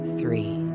three